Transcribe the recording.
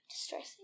Distressing